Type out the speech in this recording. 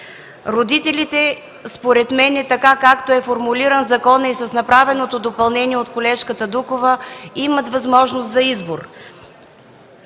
родителите, както е формулиран законът, и с направеното допълнение от колежката Дукова, имат възможност за избор.